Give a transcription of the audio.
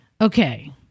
Okay